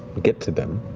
get to them.